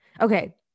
Okay